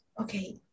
okay